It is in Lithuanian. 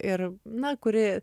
ir na kuri